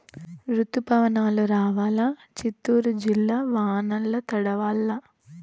రుతుపవనాలు రావాలా చిత్తూరు జిల్లా వానల్ల తడవల్ల